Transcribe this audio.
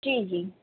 جی